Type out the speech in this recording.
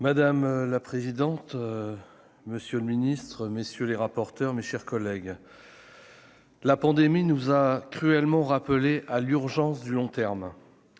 Madame la présidente, monsieur le ministre, messieurs les rapporteurs, mes chers collègues. La pandémie nous a cruellement rappelé à l'urgence du long terme